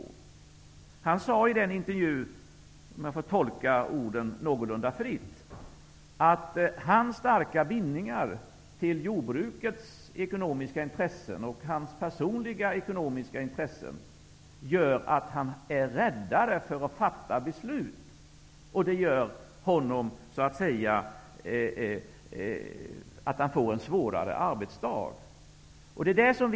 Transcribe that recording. Jordbruksministern sade i den intervjun, om jag får tolka orden någorlunda fritt, att hans starka bindningar till jordbrukets ekonomiska intressen och hans personliga ekonomiska intressen gör att han är räddare för att fatta beslut. Det gör att han så att säga får en svårare arbetsdag.